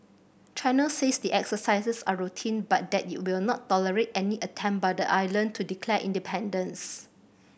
China says the exercises are routine but that it will not tolerate any attempt by the island to declare independence